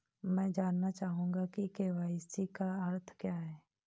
मैं जानना चाहूंगा कि के.वाई.सी का अर्थ क्या है?